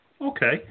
Okay